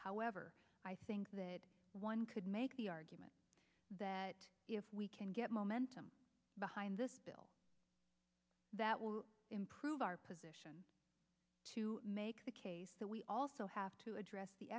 however i think that one could make the argument that if we can get momentum behind this bill that will improve our position to make the case that we also have to address the